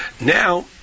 now